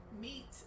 meat